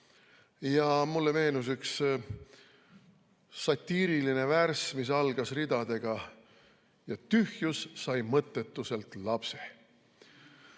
ja mulle meenus üks satiiriline värss, mis algas ridadega "Ja tühjus sai mõttetuselt lapse".